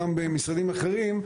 גם במשרדים אחרים,